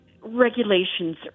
regulations